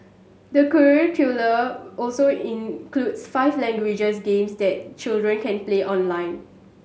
the curricula also includes five languages games that children can play online